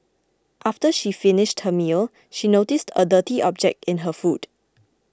after she finished her meal she noticed a dirty object in her food